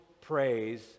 praise